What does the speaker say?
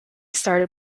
started